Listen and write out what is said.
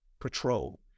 patrol